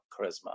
charisma